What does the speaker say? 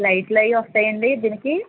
light లు అవి వస్తాయండి దీనికి